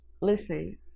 Listen